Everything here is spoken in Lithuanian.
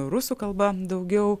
rusų kalba daugiau